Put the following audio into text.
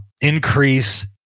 increase